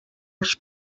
els